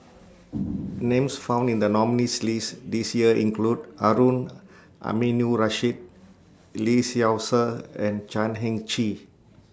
Names found in The nominees' list This Year include Harun Aminurrashid Lee Seow Ser and Chan Heng Chee